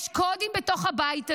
יש קודים בתוך הבית הזה.